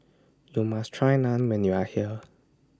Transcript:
YOU must Try Naan when YOU Are here